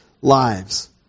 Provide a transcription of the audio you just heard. lives